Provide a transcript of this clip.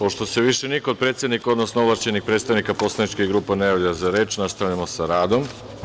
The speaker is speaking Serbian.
Pošto se više niko od predsednika, odnosno ovlašćenih predstavnika poslaničkih grupa ne javlja za reč, nastavljamo sa radom.